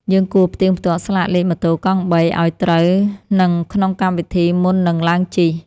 យើងគួរផ្ទៀងផ្ទាត់ស្លាកលេខម៉ូតូកង់បីឱ្យត្រូវនឹងក្នុងកម្មវិធីមុននឹងឡើងជិះ។